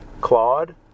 Claude